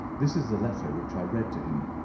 this is the letter which i read to him